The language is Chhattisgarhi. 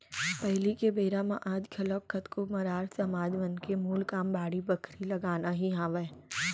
पहिली के बेरा म आज घलोक कतको मरार समाज मन के मूल काम बाड़ी बखरी लगाना ही हावय